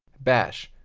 bash.